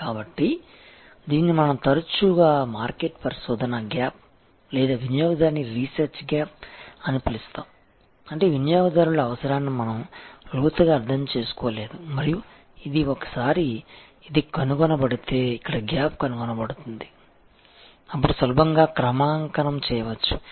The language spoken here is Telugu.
కాబట్టి దీనిని మనం తరచుగా మార్కెట్ పరిశోధన గ్యాప్ లేదా వినియోగదారుని రీసెర్చ్ గ్యాప్ అని పిలుస్తాము అంటే వినియోగదారుల అవసరాన్ని మనం లోతుగా అర్థం చేసుకోలేదు మరియు ఇది ఒకసారి ఇది కనుగొనబడితే ఇక్కడ గ్యాప్ కనుగొనబడింది అప్పుడు సులభంగా క్రమాంకనం చేయవచ్చు